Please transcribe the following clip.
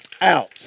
out